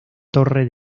torre